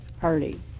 Party